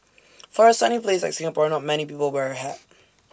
for A sunny place like Singapore not many people wear A hat